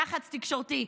יח"צ תקשורתי.